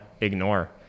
ignore